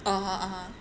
oh (uh huh)